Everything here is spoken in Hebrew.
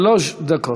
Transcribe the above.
שלוש דקות.